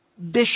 bishop